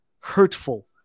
hurtful